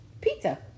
pizza